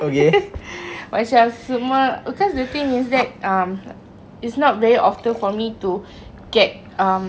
macam semak because the thing is that um it's not very often for me to get um